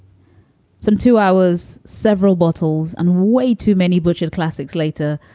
some to. i was several bottles and way too many butchered classics. later,